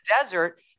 desert